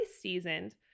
seasoned